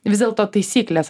vis dėlto taisyklės